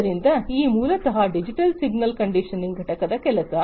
ಆದ್ದರಿಂದ ಇದು ಮೂಲತಃ ಡಿಜಿಟಲ್ ಸಿಗ್ನಲ್ ಕಂಡೀಷನಿಂಗ್ ಘಟಕದ ಕೆಲಸ